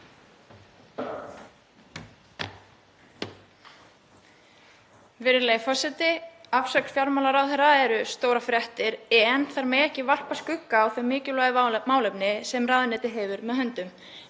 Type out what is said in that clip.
Virðulegur forseti. Afsögn fjármálaráðherra eru stórar fréttir en þær mega ekki varpa skugga á þau mikilvægu málefni sem ráðuneytið hefur með höndum.